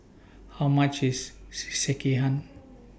How much IS Sekihan